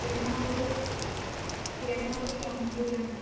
എന്നാൽ ഒരു എന്നാൽ ഒരു പ്രോൺസ് ബിരിയാണി